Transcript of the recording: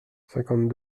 cinquante